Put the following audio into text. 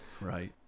Right